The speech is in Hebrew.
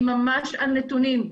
אני ממש בנתונים.